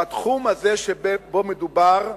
בתחום הזה שבו מדובר,